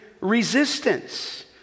resistance